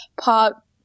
pop